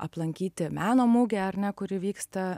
aplankyti meno mugę ar ne kuri vyksta